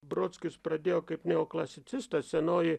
brodskis pradėjo kaip neoklasicistas senoji